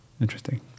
Interesting